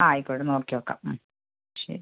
ആയിക്കോട്ടെ നോക്കി നോക്കാം ശരി